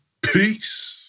peace